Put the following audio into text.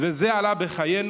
וזה עלה בחיינו,